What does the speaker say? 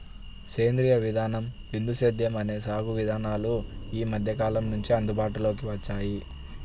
సేంద్రీయ విధానం, బిందు సేద్యం అనే సాగు విధానాలు ఈ మధ్యకాలం నుంచే అందుబాటులోకి వచ్చాయి